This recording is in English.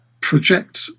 project